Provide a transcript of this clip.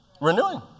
Renewing